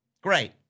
Great